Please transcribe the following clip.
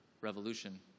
revolution